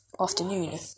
afternoon